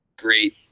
great